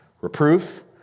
reproof